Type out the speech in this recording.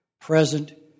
present